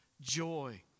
joy